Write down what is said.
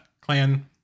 clan